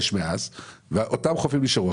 לעומת התקופה הקודמת ואותם חופים נשארו.